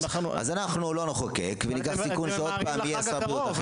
אז אנחנו לא נחוקק וניקח סיכון שעוד פעם יהיה שר בריאות אחר.